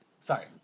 Sorry